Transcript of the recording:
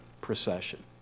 procession